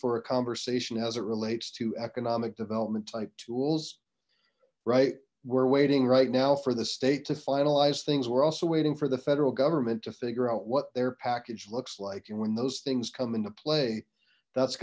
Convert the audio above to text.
for a conversation as it relates to economic development type tools right we're waiting right now for the state to finalize things we're also waiting for the federal government to figure out what their package looks like and when those things come into play that's